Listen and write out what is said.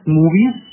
movies